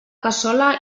cassola